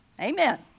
amen